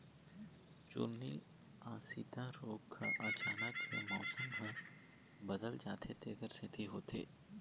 चूर्निल आसिता रोग ह अचानक ले मउसम ह बदलत जाथे तेखर सेती होथे